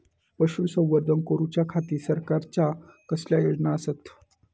पशुसंवर्धन करूच्या खाती सरकारच्या कसल्या योजना आसत?